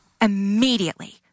immediately